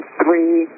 three